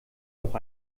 doch